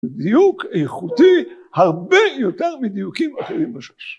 בדיוק איכותי הרבה יותר מדיוקים אחרים בש"ס